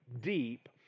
deep